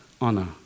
honor